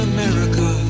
America